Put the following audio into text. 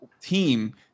team